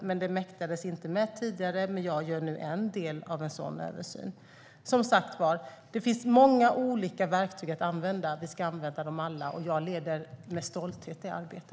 Men det mäktades inte med tidigare. Men jag gör nu en del av en sådan översyn. Det finns, som sagt, många olika verktyg att använda. Vi ska använda dem alla, och jag leder med stolthet detta arbete.